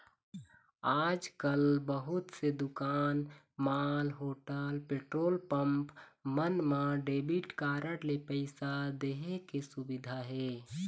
आजकाल बहुत से दुकान, मॉल, होटल, पेट्रोल पंप मन म डेबिट कारड ले पइसा दे के सुबिधा हे